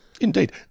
Indeed